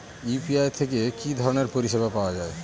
UPI থেকে কি ধরণের পরিষেবা পাওয়া য়ায়?